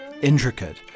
intricate